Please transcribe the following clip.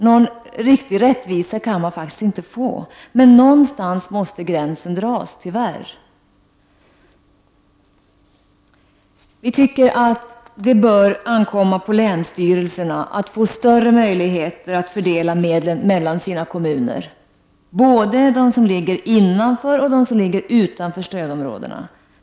Någon riktig rättvisa kan man inte få, och någonstans måste gränsen dras, tyvärr. Vi tycker därför att det är bättre att låta länsstyrelserna få större möjligheter att fördela medel mellan sina kommuner — både inom och utanför stödområdena.